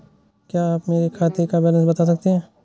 क्या आप मेरे खाते का बैलेंस बता सकते हैं?